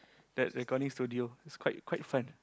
that recording studio it's quite quite fun